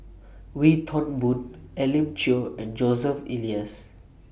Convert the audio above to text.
Wee Toon Boon Elim Chew and Joseph Elias